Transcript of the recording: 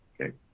Okay